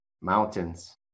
Mountains